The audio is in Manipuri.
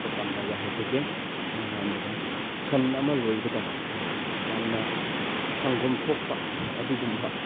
ꯈꯔ ꯄꯜꯂꯒ ꯍꯥꯏꯖꯒꯦ ꯏꯍꯥꯟ ꯍꯥꯟꯕꯗ ꯁꯟ ꯑꯃ ꯂꯣꯏꯕꯗ ꯑꯩꯈꯣꯏꯅ ꯌꯥꯝꯅ ꯁꯪꯒꯣꯝ ꯊꯣꯛꯄ ꯑꯗꯨꯒꯨꯝꯕ